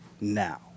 now